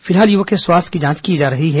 फिलहाल युवक के स्वास्थ्य की जांच की जा रही है